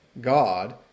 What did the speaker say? God